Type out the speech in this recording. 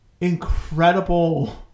incredible